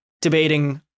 debating